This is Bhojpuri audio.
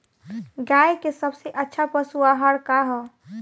गाय के सबसे अच्छा पशु आहार का ह?